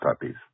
puppies